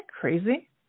crazy